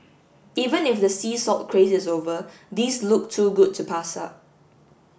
even if the sea salt craze is over these look too good to pass up